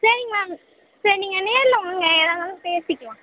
சரிங்க மேம் சரி நீங்கள் நேரில் வாங்க எதாக இருந்தாலும் பேசிக்கலாம்